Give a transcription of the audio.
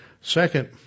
Second